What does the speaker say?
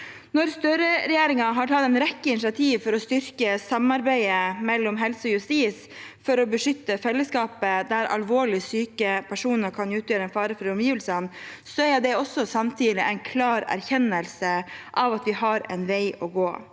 Når Støre-regjeringen har tatt en rekke initiativ for å styrke samarbeidet mellom helse og justis og for å beskytte fellesskapet der alvorlig syke personer kan utgjøre en fare for omgivelsene, er det samtidig en klar erkjennelse av at vi har en vei å gå.